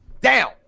down